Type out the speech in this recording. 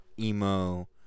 emo